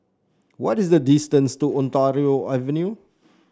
what is the distance to Ontario Avenue